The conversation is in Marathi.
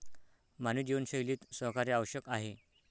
मानवी जीवनशैलीत सहकार्य आवश्यक आहे